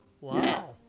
Wow